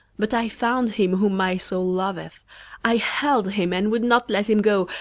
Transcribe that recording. but i found him whom my soul loveth i held him, and would not let him go,